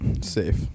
safe